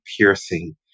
piercing